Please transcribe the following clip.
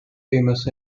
famous